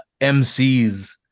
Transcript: MCs